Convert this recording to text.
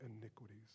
iniquities